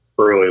early